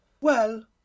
Well